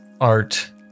art